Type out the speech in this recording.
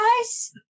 guys